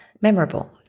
memorable